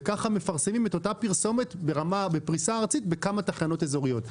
וככה מפרסמים את אותה פרסומת בפריסה ארצית בכמה תחנות אזוריות.